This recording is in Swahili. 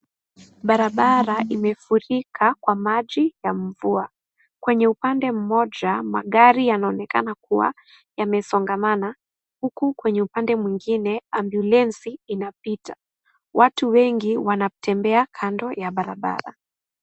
Barabara imefurika na maji ya mvua. Kwenye upande mmoja, magari yanaonekana kuwa yamesongamana huku kwenye upande mwingine ambulensi inapita. Watu wengi wanatembea kando ya barabara.